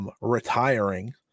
retiring